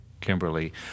Kimberly